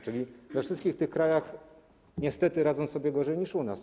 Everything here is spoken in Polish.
Czyli we wszystkich tych krajach niestety radzą sobie gorzej niż u nas.